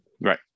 Right